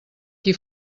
qui